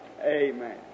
Amen